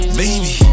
baby